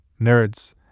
Nerds